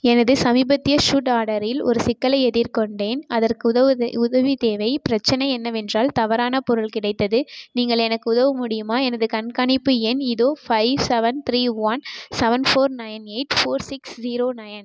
எனது சமீபத்திய சூட் ஆர்டரில் ஒரு சிக்கலை எதிர்கொண்டேன் அதற்கு உதவி தேவை பிரச்சனை என்னவென்றால் தவறான பொருள் கிடைத்தது நீங்கள் எனக்கு உதவ முடியுமா எனது கண்காணிப்பு எண் இதோ five seven three one seven four nine eight four six zero nine